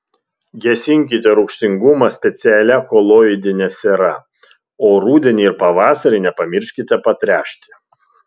gesinkite rūgštingumą specialia koloidine siera o rudenį ir pavasarį nepamirškite patręšti